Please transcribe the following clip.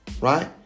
Right